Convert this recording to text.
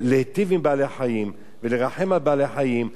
להיטיב עם בעלי-החיים ולרחם על בעלי-החיים,